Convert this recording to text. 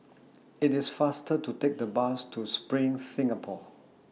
IT IS faster to Take The Bus to SPRING Singapore